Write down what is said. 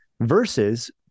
versus